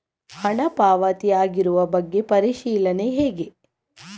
ಹಣ ಪಾವತಿ ಆಗಿರುವ ಬಗ್ಗೆ ಪರಿಶೀಲನೆ ಹೇಗೆ?